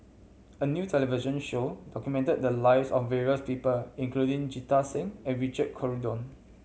a new television show documented the lives of various people including Jita Singh and Richard Corridon